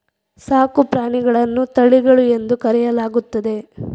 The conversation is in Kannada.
ಸಾಕು ಪ್ರಾಣಿಗಳನ್ನು ತಳಿಗಳು ಎಂದು ಕರೆಯಲಾಗುತ್ತದೆ